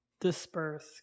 disperse